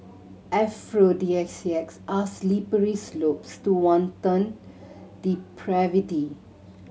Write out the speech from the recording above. aphrodisiacs are slippery slopes to wanton depravity